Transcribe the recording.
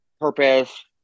purpose